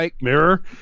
Mirror